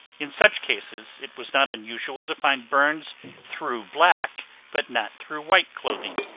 in such cases, it was not unusual to find burns through black but not through white clothing,